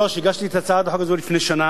הגשתי את הצעת החוק הזאת לפני שנה,